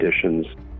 conditions